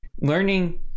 Learning